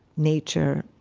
nature,